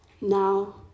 now